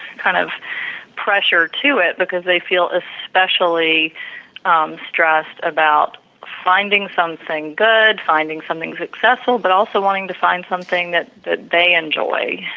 kind of pressure to it, because they feel especially um stressed about finding something good, finding something successful, but also wanting to find something that that they enjoy,